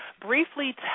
briefly